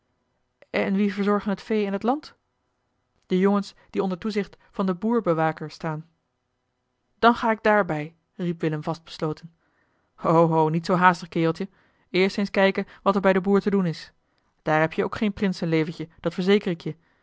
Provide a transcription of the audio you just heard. en wie verzorgen het vee en het land de jongens die onder toezicht van den boer bewaker staan eli heimans willem roda dan ga ik daarbij riep willem vast besloten ho ho niet zoo haastig kereltje eerst eens kijken wat er bij den boer te doen is daar heb je ook geen prinsenleventje dat verzeker ik je